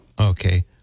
Okay